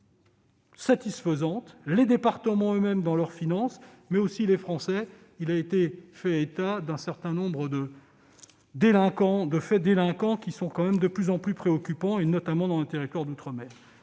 satisfaisante, les départements eux-mêmes dans leurs finances, mais aussi les Français. Il a été fait état d'un certain nombre de faits délinquants, qui sont de plus en plus préoccupants, notamment dans les territoires d'outre-mer.